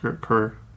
career